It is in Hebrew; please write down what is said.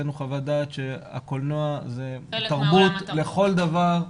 הוצאנו חוות דעת שהקולנוע זה תרבות לכל דבר.